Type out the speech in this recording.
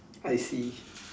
I see